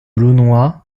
launois